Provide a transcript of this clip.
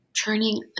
turning